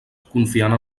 confiant